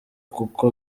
kuko